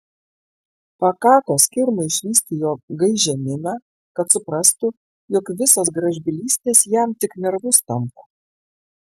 pakako skirmai išvysti jo gaižią miną kad suprastų jog visos gražbylystės jam tik nervus tampo